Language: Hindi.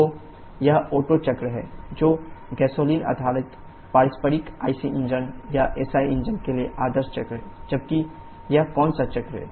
तो यह ओटो चक्र है जो गैसोलीन आधारित पारस्परिक IC इंजन या SI इंजन के लिए आदर्श चक्र है जबकि यह कौन सा चक्र है